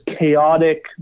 chaotic